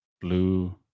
blue